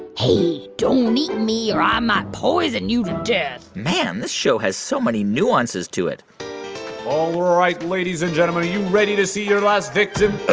hey, don't eat me, or i um might poison you to death man, this show has so many nuances to it all right, ladies and gentlemen, are you ready to see your last victim